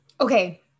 okay